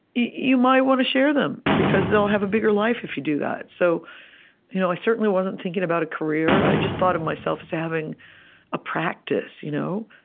you might want to share them, because they'll have a bigger life if you do that. so you know i certainly wasn't thinking about a career. i just thought of myself as having a practice, you know?